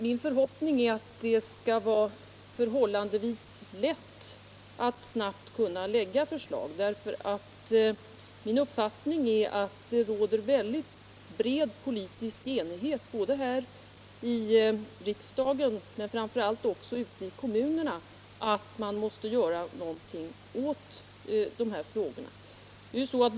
Jag hoppas att det skall vara förhållandevis lätt för oss att snabbt kunna framlägga förslag, eftersom min uppfattning är att det råder bred politisk enighet både här i riksdagen och — framför allt — ute i kommunerna om att någonting måste göras åt problemet.